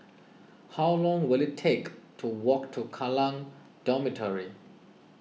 how long will it take to walk to Kallang Dormitory